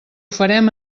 farem